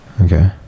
Okay